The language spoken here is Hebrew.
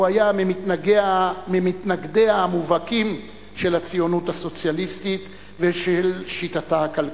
הוא היה ממתנגדיה המובהקים של הציונות הסוציאליסטית ושל שיטתה הכלכלית.